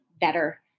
better